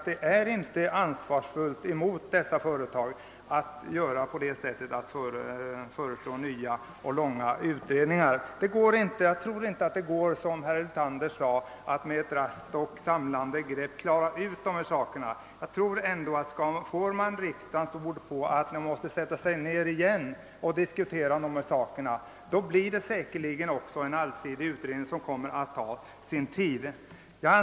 Det är inte ansvarsfullt mot dessa företagare att föreslå nya och långvariga utredningar. Det går inte, som herr Hyltander sade, att med ett raskt och samlande grepp reda ut dessa spörsmål. Om en eventuell ny utredning får riksdagens ord på att dessa frågor måste diskuteras igen, skulle vi säkerligen få en allsidig utredning, men den kommer att ta sin tid.